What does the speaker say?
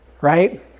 right